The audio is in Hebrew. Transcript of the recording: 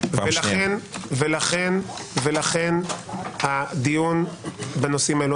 לכן הדיון בנושאים האלה.